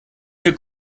hier